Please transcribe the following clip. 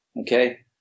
Okay